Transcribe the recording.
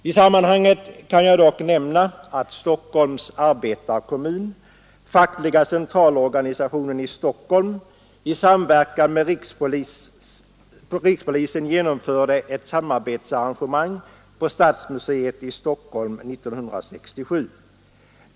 I sammanhanget kan jag dock nämna att Stockholms arbetarekommun och Fackliga centralorganisationen i Stockholm i samverkan med rikspolisen genomförde ett samarbetsarrangemang i Stockholms stadshus 1967.